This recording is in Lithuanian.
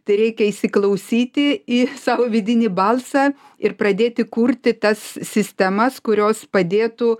tereikia įsiklausyti į savo vidinį balsą ir pradėti kurti tas sistemas kurios padėtų